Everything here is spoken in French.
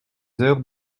heures